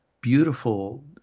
beautiful